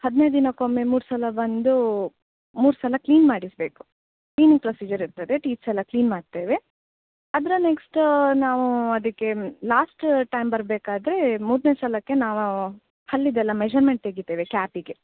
ಹದ್ನೈದು ದಿನಕ್ಕೆ ಒಮ್ಮೆ ಮೂರು ಸಲ ಬಂದು ಮೂರು ಸಲ ಕ್ಲೀನ್ ಮಾಡಿಸ್ಬೇಕು ಕ್ಲೀನಿಂಗ್ ಪ್ರೊಸಿಜರ್ ಇರ್ತದೆ ಟೀತ್ಸ್ ಎಲ್ಲ ಕ್ಲೀನ್ ಮಾಡ್ತೇವೆ ಅದರ ನೆಕ್ಸ್ಟ್ ನಾವು ಅದಕ್ಕೆ ಲಾಸ್ಟ್ ಟೈಮ್ ಬರ್ಬೇಕಾದರೆ ಮೂರನೇ ಸಲಕ್ಕೆ ನಾವು ಹಲ್ಲಿದೆಲ್ಲ ಮೆಝರ್ಮೆಂಟ್ ತೆಗಿತೇವೆ ಕ್ಯಾಪಿಗೆ